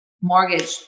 mortgage